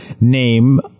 name